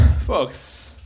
Folks